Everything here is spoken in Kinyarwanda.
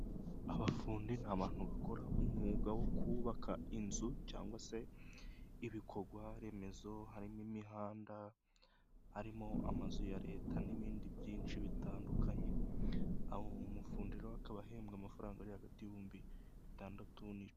Abafundi ni abantu bakora umwuga wo kubaka inzu, cyangwa se ibikorwa remezo harimo imihanda, harimo amazu ya leta n'ibindi byinshi bitandukanye, aho umufundi rero akaba ahembwa amafaranga ari hagati y'ibihumbi bitandatu n'ibice.